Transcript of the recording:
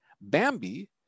Bambi